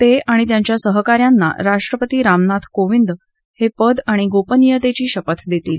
ते आणि त्यांच्या सहका यांना राष्ट्रपती रामनाथ कोविंद हे पद आणि गोपनियतेची शपथ देतील